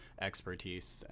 expertise